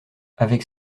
avec